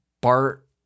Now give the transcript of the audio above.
Bart